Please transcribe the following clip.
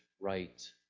right